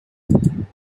volume